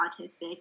autistic